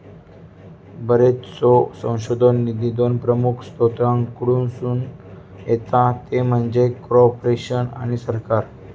बरोचसो संशोधन निधी दोन प्रमुख स्त्रोतांकडसून येता ते म्हणजे कॉर्पोरेशन आणि सरकार